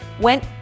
went